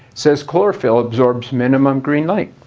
says chlorophyll absorbs minimum green light.